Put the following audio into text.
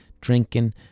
Drinking